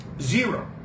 zero